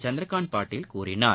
சந்திரகாந்த் பாட்டீல் கூறினார்